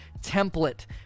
template